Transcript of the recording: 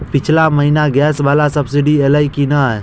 पिछला महीना गैस वला सब्सिडी ऐलई की नहि?